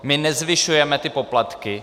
My nezvyšujeme poplatky.